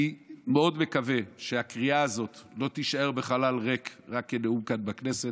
אני מאוד מקווה שהקריאה הזאת לא תישאר בחלל ריק רק כנאום כאן בכנסת,